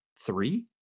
three